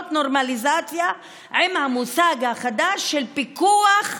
נורמליזציה עם המושג החדש של פיקוח טכנולוגי,